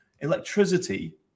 Electricity